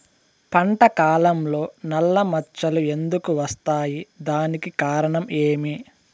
పంట కాలంలో నల్ల మచ్చలు ఎందుకు వస్తాయి? దానికి కారణం ఏమి?